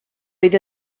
oedd